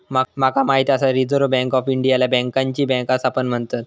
माका माहित आसा रिझर्व्ह बँक ऑफ इंडियाला बँकांची बँक असा पण म्हणतत